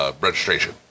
registration